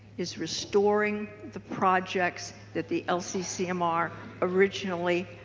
is restoring the projects that the lccmr originally